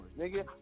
nigga